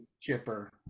Chipper